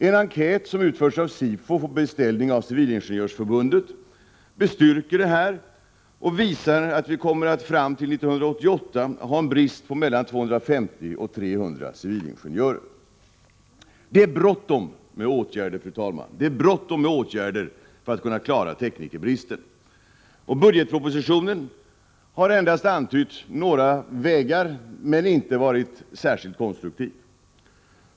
En enkät som utförts av Sifo på beställning av Civilingenjörsförbundet bestyrker detta och visar att vi kommer att fram till 1988 ha en brist på mellan 250 och 300 civilingenjörer. Det är bråttom med åtgärder, fru talman, för att häva teknikerbristen. I budgetpropositionen endast antyds några vägar; där har man inte varit särskilt konstruktiv.